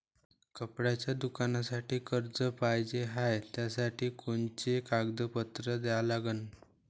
कपड्याच्या दुकानासाठी कर्ज पाहिजे हाय, त्यासाठी कोनचे कागदपत्र द्या लागन?